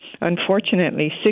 unfortunately